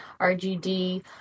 RGD